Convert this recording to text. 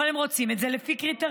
אבל הם רוצים את זה לפי קריטריונים.